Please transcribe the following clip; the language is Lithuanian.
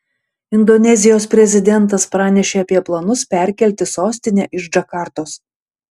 indonezijos prezidentas pranešė apie planus perkelti sostinę iš džakartos